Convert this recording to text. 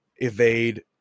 evade